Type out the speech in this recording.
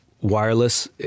wireless